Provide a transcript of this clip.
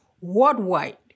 worldwide